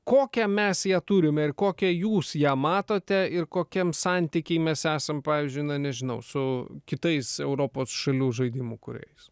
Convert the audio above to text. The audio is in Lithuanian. kokią mes ją turime ir kokią jūs ją matote ir kokiam santyky mes esam pavyzdžiui na nežinau su kitais europos šalių žaidimų kūrėjais